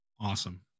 Awesome